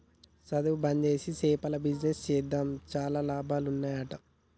సధువు బంజేసి చేపల బిజినెస్ చేద్దాం చాలా లాభాలు ఉన్నాయ్ అంట